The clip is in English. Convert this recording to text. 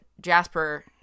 Jasper